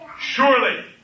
Surely